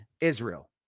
Israel